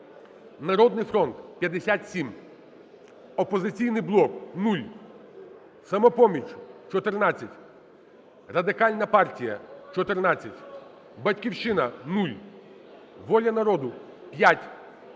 "Народний фронт" – 57, "Опозиційний блок" – 0, "Самопоміч" – 14, Радикальна партія – 14, "Батьківщина" – 0, "Воля народу" – 5,